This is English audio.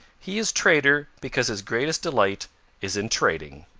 he is trader because his greatest delight is in trading.